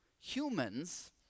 humans